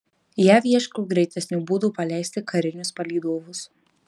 jav ieško greitesnių būdų paleisti karinius palydovus